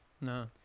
No